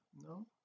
No